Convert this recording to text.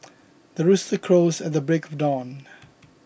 the rooster crows at the break of dawn